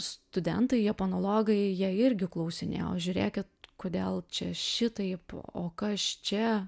studentai japonologai jie irgi klausinėjo žiūrėkit kodėl čia šitaip o kas čia